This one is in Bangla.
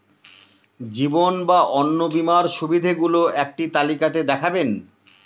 জীবন বা অন্ন বীমার সুবিধে গুলো একটি তালিকা তে দেখাবেন?